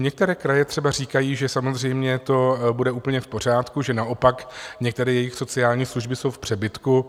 Některé kraje třeba říkají, že samozřejmě to bude úplně v pořádku, že naopak některé jejich sociální služby jsou v přebytku.